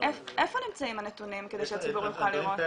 איפה נמצאים הנתונים כדי שהציבור יוכל לראות?